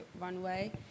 Runway